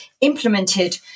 implemented